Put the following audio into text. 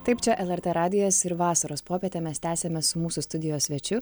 taip čia lrt radijas ir vasaros popietę mes tęsiame su mūsų studijos svečiu